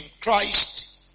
Christ